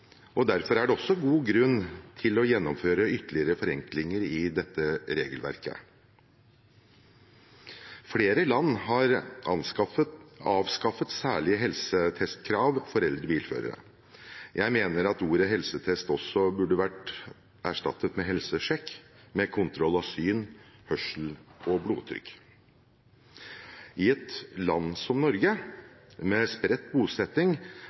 og derfor er det også god grunn til å gjennomføre ytterligere forenklinger i dette regelverket. Flere land har avskaffet særlige helsetestkrav for eldre bilførere. Jeg mener at ordet «helsetest» også burde vært erstattet med «helsesjekk», med kontroll av syn, hørsel og blodtrykk. I et land som Norge, med spredt bosetting,